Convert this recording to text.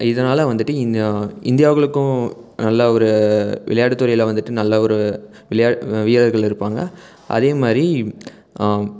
இதனால் வந்துட்டு இந்த இந்தியாவுகளுக்கும் நல்ல ஒரு விளையாட்டு துறையில் வந்துட்டு நல்ல ஒரு விளையா வீரர்கள் இருப்பாங்க அதேமாதிரி